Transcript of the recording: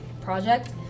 project